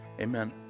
Amen